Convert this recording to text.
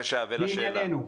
לעניינו.